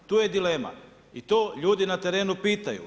Tu je dilema i to ljudi na terenu pitaju.